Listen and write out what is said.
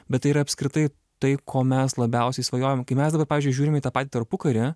bet yra apskritai tai ko mes labiausiai svajojam kai mes dabar pavyzdžiui žiūrime į tą patį tarpukarį